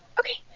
okay.